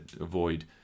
avoid